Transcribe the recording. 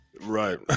Right